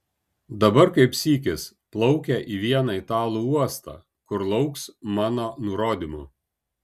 dabar kaip sykis plaukia į vieną italų uostą kur lauks mano nurodymų